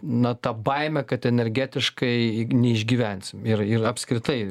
na tą baimę kad energetiškai neišgyvensim ir ir apskritai